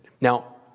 Now